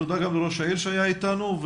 תודה גם לראש העיר שהיה אתנו.